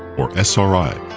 or sri.